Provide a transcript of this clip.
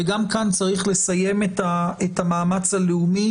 וגם כאן צריך לסיים את המאמץ הלאומי,